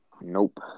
Nope